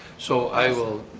so i will